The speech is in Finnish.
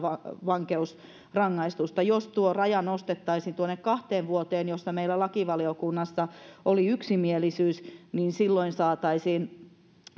vankeusrangaistusta jos tuo raja nostettaisiin kahteen vuoteen mistä meillä lakivaliokunnassa oli yksimielisyys niin silloin saataisiin